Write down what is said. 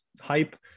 hype